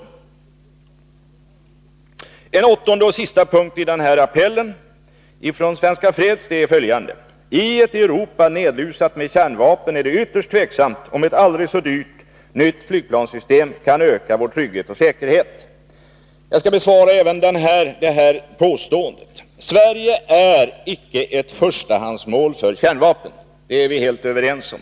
I en åttonde och sista punkt i appellen från Svenska Fredsoch Skiljedomsföreningen sägs följande: ”TIett Europa nerlusat med kärnvapen är det ytterst tveksamt, om ett aldrig så dyrt, nytt flygplanssystem kan öka vår trygghet och säkerhet.” Jag skall besvara även detta påstående. Sverige är icke ett förstahandsmål för kärnvapen — det är vi helt överens om.